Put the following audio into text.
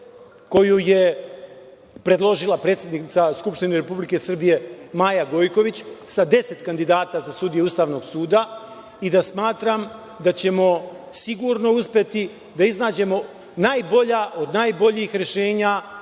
koju je predložila predsednica Skupštine Republike Srbije, Maja Gojković, sa 10 kandidata za sudije Ustavnog suda i smatram da ćemo sigurno uspeti da iznađemo najbolja od najboljih rešenja